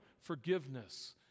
forgiveness